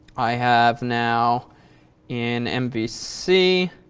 i have now in mvc,